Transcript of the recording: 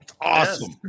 Awesome